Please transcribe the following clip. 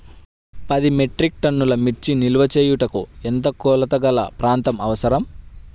పది మెట్రిక్ టన్నుల మిర్చి నిల్వ చేయుటకు ఎంత కోలతగల ప్రాంతం అవసరం?